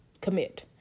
commit